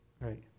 Right